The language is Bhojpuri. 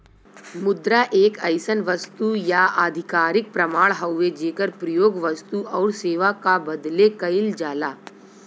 मुद्रा एक अइसन वस्तु या आधिकारिक प्रमाण हउवे जेकर प्रयोग वस्तु आउर सेवा क बदले कइल जाला